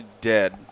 dead